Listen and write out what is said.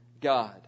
God